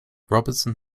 robinson